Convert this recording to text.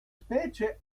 specie